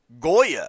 Goya